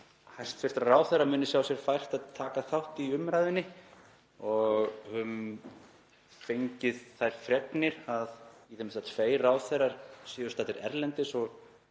hæstv. ráðherra muni sjá sér fært að taka þátt í umræðunni og höfum fengið þær fregnir að í það minnsta tveir ráðherrar séu staddir erlendis og